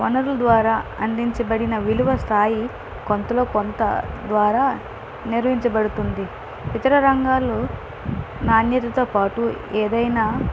వనరుల ద్వారా అందించబడిన విలువ స్థాయి కొంతలో కొంత ద్వారా నిర్వహించబడుతుంది ఇతర రంగాల్లో నాణ్యతతో పాటు ఏదైనా